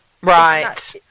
right